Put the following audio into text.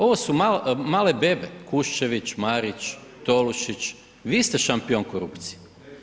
Ovo su male bebe Kuščević, Marić, Tolušić, vi ste šampion korupcije.